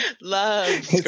love